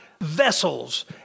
vessels